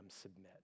submit